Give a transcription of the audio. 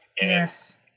Yes